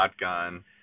shotgun